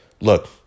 look